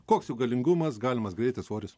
koks jų galingumas galimas greitis svoris